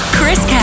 Chris